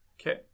Okay